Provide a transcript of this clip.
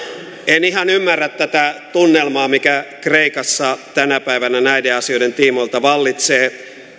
en ihan ymmärrä tätä tunnelmaa mikä kreikassa tänä päivänä näiden asioiden tiimoilta vallitsee